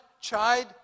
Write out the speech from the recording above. chide